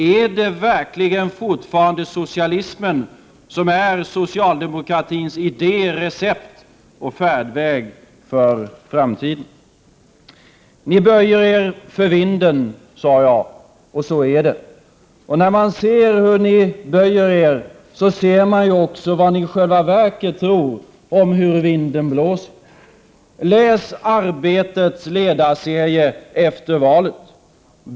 Ärdet fortfarande verkligen socialismen som är socialdemokratins idé, recept och färdväg för framtiden? Ni böjer er för vinden, sade jag, och så är det. Och när man ser hur ni böjer er, ser man också vart ni i själva verket tror att vinden blåser. Läs Arbetets ledarserie efter valet!